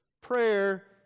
Prayer